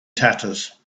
tatters